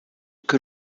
que